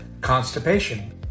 constipation